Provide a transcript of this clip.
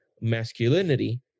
masculinity